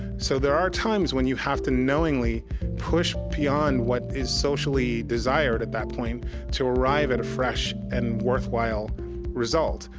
so there are times when you have to knowingly push beyond what is socially desired at that point to arrive at a fresh and worthwhile result.